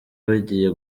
bagiye